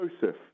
Joseph